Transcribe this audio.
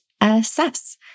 assess